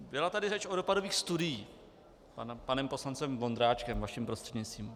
Byla tady řeč o dopadových studiích panem poslancem Vondráčkem, vaším prostřednictvím.